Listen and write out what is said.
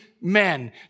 Men